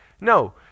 No